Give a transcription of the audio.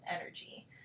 energy